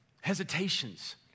hesitations